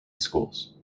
schools